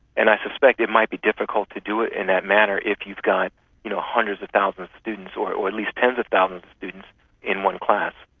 and i suspect it might be difficult to do it in that manner if you've got you know hundreds of thousands of students or it or it least tens of thousands of students in one class.